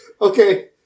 Okay